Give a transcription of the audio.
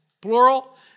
plural